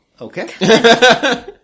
Okay